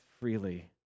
freely